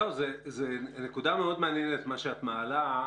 זאת נקודה מאוד מעניינת מה שאת מעלה,